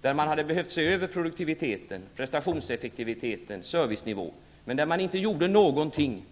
där man hade behövt se över produktiviteten, prestationseffektiviteten och servicenivån, men där man inte gjorde någonting.